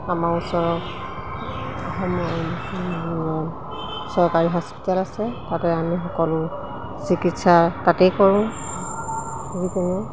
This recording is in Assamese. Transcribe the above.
আমাৰ ওচৰত চৰকাৰী হস্পিটেল আছে তাতে আমি সকলো চিকিৎসা তাতেই কৰোঁ যিকোনো